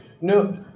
no